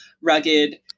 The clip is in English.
rugged